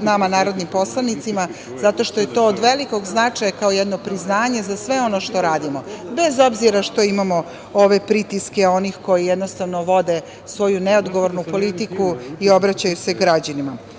nama narodnim poslanicima, zato što je to od velikog značaja kao jedno priznanje za sve ono što radimo, bez obzira što imamo ove pritiske onih koji vode svoju neodgovornu politiku i obraćaju se građanima. Strateška